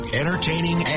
entertaining